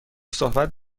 صحبت